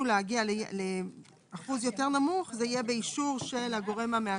להגיע לאחוז יותר נמוך זה יהיה באישור הגורם המאשר,